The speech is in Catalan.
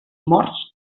morts